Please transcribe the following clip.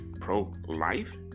pro-life